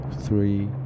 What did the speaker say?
three